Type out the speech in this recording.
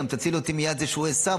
תציל אותי גם מיד זה שהוא עשו,